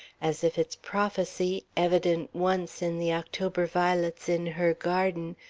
as if its prophecy, evident once in the october violets in her garden,